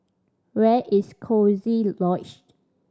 where is Coziee Lodge